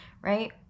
right